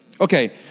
Okay